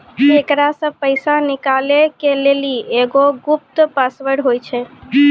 एकरा से पैसा निकालै के लेली एगो गुप्त पासवर्ड होय छै